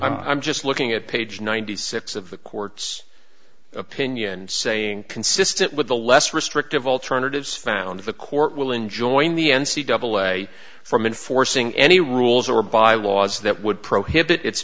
compared i'm just looking at page ninety six of the court's opinion saying consistent with the less restrictive alternatives found the court will enjoying the n c double way from enforcing any rules or bylaws that would prohibit it